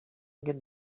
get